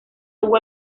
hubo